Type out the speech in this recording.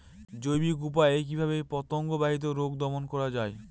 জৈবিক উপায়ে কিভাবে পতঙ্গ বাহিত রোগ দমন করা যায়?